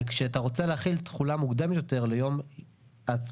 וכשאתה רוצה להחיל תחולה מוקדמת יותר ליום ההצבעה